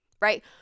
right